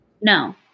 no